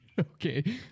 okay